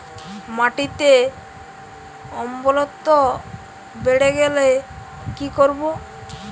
মাটিতে অম্লত্ব বেড়েগেলে কি করব?